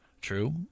True